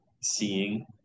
seeing